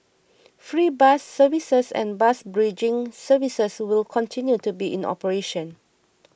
free bus services and bus bridging services will continue to be in operation